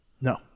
No